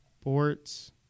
sports